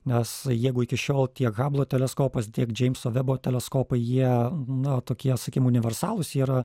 nes jeigu iki šiol tiek hablo teleskopas tiek džeimso vebo teleskopai jie na tokie sakykim universalūs jie yra